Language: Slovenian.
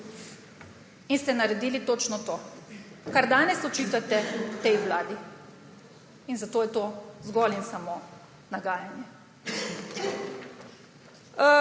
in ste naredili točno to, kar danes očitate tej vladi. In zato je to zgolj in samo nagajanje.